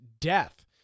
death